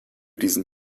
diesen